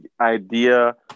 idea